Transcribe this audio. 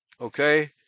Okay